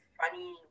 funny